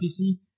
PC